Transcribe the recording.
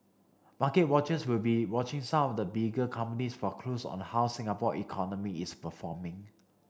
market watchers will be watching some the bigger companies for clues on how Singapore economy is performing